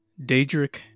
Daedric